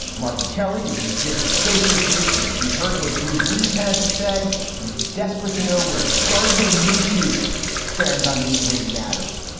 margaret kelley is the gests associate producer she heard with drew brees, had to say he's desperate to know where gardner minshew stands on these weighty matters.